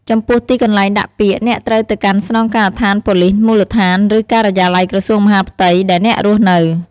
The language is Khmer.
ចំពោះទីកន្លែងដាក់ពាក្យ អ្នកត្រូវទៅកាន់ស្នងការដ្ឋានប៉ូលីសមូលដ្ឋាន ឬ ការិយាល័យក្រសួងមហាផ្ទៃ ដែលអ្នករស់នៅ។